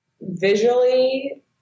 visually